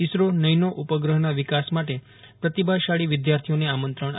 ISRO nano ઉપગ્રહના વિકાસ માટે પ્રતિભાશાળી વિદ્યાર્થીઓને આમંત્રણ આપશે